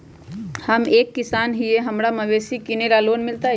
हम एक किसान हिए हमरा मवेसी किनैले लोन मिलतै?